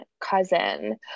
cousin